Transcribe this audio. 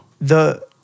The-